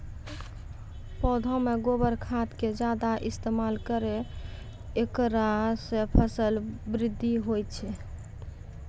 पौधा मे गोबर खाद के ज्यादा इस्तेमाल करौ ऐकरा से फसल बृद्धि होय छै?